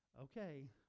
Okay